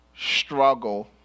struggle